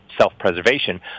self-preservation